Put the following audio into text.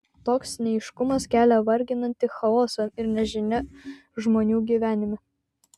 toks neaiškumas kelia varginantį chaosą ir nežinią žmonių gyvenime